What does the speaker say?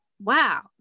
wow